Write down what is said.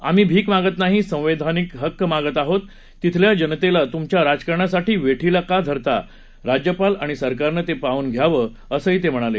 आम्ही भीक मागत नाही संवैधानिक हक्क मागत आहोत तिथल्या जनतेला तूमच्या राजकारणासाठी वेठीला का धरता राज्यपाल आणि सरकारनं ते पाहून घ्यावं असं ते म्हणाले